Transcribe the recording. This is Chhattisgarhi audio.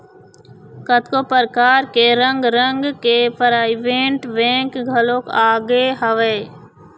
कतको परकार के रंग रंग के पराइवेंट बेंक घलोक आगे हवय